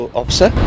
officer